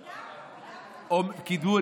קידמנו,